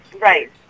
Right